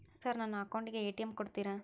Sir ನನ್ನ account ಗೆ ATM ಕೊಡುತ್ತೇರಾ?